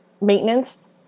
maintenance